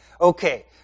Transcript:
okay